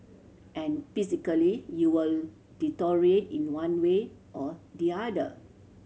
and physically you will deteriorate in one way or the other